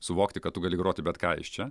suvokti kad tu gali groti bet ką iš čia